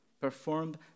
performed